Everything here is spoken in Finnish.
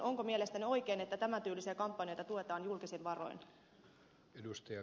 onko mielestänne oikein että tämän tyylisiä kampanjoita tuetaan julkisin varoin